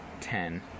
ten